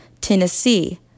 Tennessee